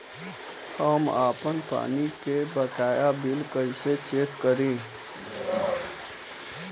हम आपन पानी के बकाया बिल कईसे चेक करी?